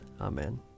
Amen